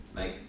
like